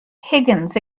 higgins